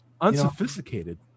unsophisticated